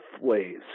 ways